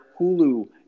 Hulu